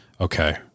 Okay